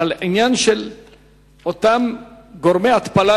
אלא על עניין של אותם גורמי התפלה,